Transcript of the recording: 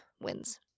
wins